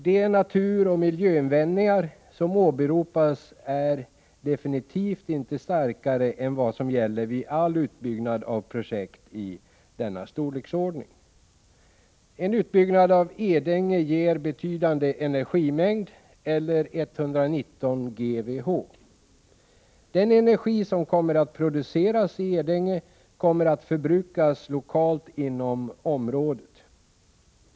De naturoch miljöinvändningar som åberopas är definitivt inte starkare än vad som gäller vid all utbyggnad av projekt av denna storleksordning. En utbyggnad av Edänge ger betydande energimängd eller 119 GWh. Den energi som kommer att produceras i Edänge skall förbrukas lokalt inom området.